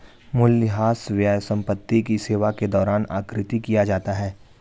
मूल्यह्रास व्यय संपत्ति की सेवा के दौरान आकृति किया जाता है